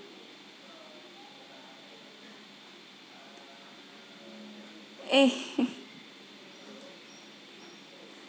eh